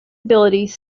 abilities